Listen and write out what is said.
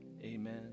amen